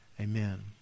amen